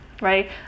right